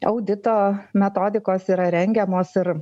audito metodikos yra rengiamos ir